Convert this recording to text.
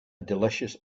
delicious